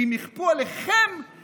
ואם יכפו עלינו,